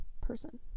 person